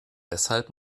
deshalb